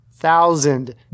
thousand